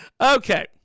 Okay